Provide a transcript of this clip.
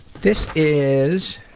this is